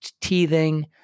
teething